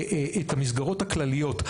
את המסגרות הכלליות.